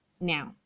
Now